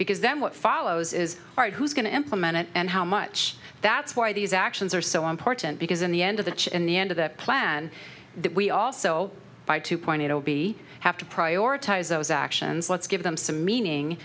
because then what follows is hard who's going to implement it and how much that's why these actions are so important because in the end of the church and the end of the plan that we also by two point zero be have to prioritize those actions let's give them some meaning